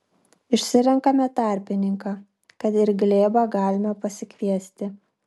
išsirenkame tarpininką kad ir glėbą galime pasikviesti